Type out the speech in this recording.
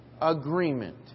agreement